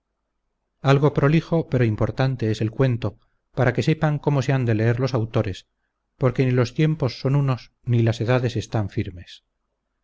algo prolijo pero importante es el cuento para que sepan cómo se han de leer los autores porque ni los tiempos son unos ni las edades están firmes